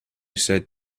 said